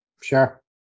Sure